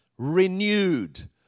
renewed